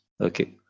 okay